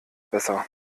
besser